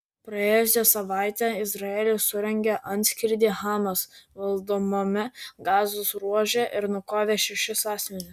praėjusią savaitę izraelis surengė antskrydį hamas valdomame gazos ruože ir nukovė šešis asmenis